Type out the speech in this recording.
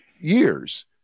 years